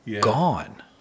gone